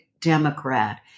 Democrat